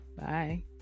Bye